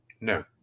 No